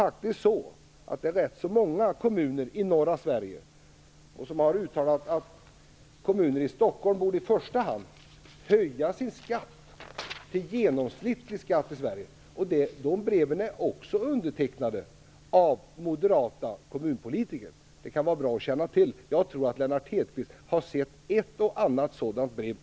Rätt så många kommuner i norra Sverige har faktiskt uttalat att kommuner i Stockholm i första hand borde höja sin skatt till genomsnittlig skatt i Sverige. Också dessa brev är undertecknade av moderata kommunpolitiker. Detta kan vara bra att känna till. Jag tror att Lennart Hedquist också har sett ett och annat sådant brev.